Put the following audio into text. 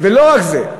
ולא רק זה,